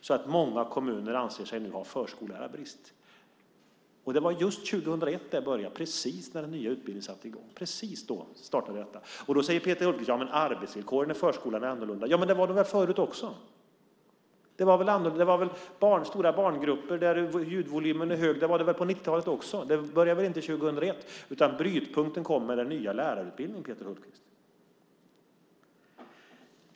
Många kommuner anser sig nu ha förskollärarbrist. Det var just 2001 detta började, precis när den nya utbildningen infördes. Då säger Peter Hultqvist: Ja, men arbetsvillkoren i förskolan är nu annorlunda. Men så var det förut också. Det var annorlunda. Det var stora barngrupper där ljudvolymen var hög. Så var det på 90-talet också. Det började inte 2001. Brytpunkten kom med den nya lärarutbildningen.